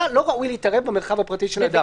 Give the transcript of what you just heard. לא ראוי להתערב במרחב הפרטי של אדם.